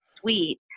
sweet